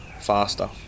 faster